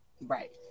Right